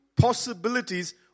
possibilities